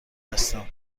هستم